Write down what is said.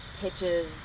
Pitches